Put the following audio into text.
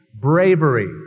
bravery